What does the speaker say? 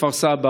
בכפר סבא,